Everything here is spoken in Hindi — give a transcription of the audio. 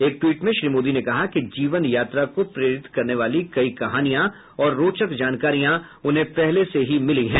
एक ट्वीट में श्री मोदी ने कहा कि जीवन यात्रा को प्रेरित करने वाली कई कहानियां और रोचक जानकारियां उन्हें पहले से ही मिली हैं